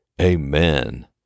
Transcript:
Amen